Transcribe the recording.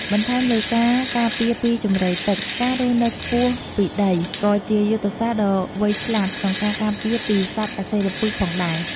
បន្ថែមលើការការពារពីជម្រៅទឹក ការរស់នៅខ្ពស់ពីដីក៏ជាយុទ្ធសាស្ត្រដ៏វៃឆ្លាតក្នុងការការពារពីសត្វអសិរពិសផងដែរ។